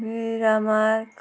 मिरामार्क